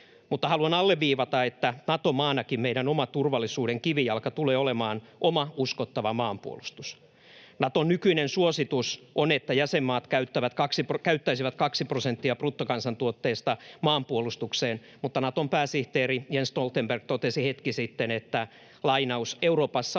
mutta haluan alleviivata, että Nato-maanakin meidän oman turvallisuutemme kivijalka tulee olemaan oma uskottava maanpuolustus. Naton nykyinen suositus on, että jäsenmaat käyttäisivät kaksi prosenttia bruttokansantuotteesta maanpuolustukseen, mutta Naton pääsihteeri Jens Stoltenberg totesi hetki sitten, että ”Euroopassa on